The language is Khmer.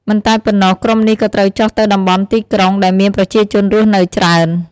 មិនតែប៉ុណ្ណោះ ក្រុមនេះក៏ត្រូវចុះទៅតំបន់ទីក្រុង ដែលមានប្រជាជនរស់នៅច្រើន។